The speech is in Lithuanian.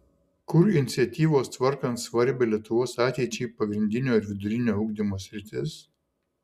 kur iniciatyvos tvarkant svarbią lietuvos ateičiai pagrindinio ir vidurinio ugdymo sritis